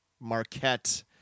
Marquette